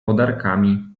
podarkami